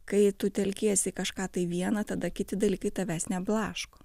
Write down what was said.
kai tu telkiesi į kažką tai vieną tada kiti dalykai tavęs neblaško